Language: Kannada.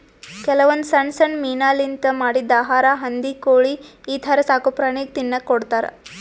ಕೆಲವೊಂದ್ ಸಣ್ಣ್ ಸಣ್ಣ್ ಮೀನಾಲಿಂತ್ ಮಾಡಿದ್ದ್ ಆಹಾರಾ ಹಂದಿ ಕೋಳಿ ಈಥರ ಸಾಕುಪ್ರಾಣಿಗಳಿಗ್ ತಿನ್ನಕ್ಕ್ ಕೊಡ್ತಾರಾ